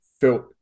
felt